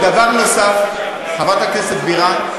דבר נוסף, חברת הכנסת בירן,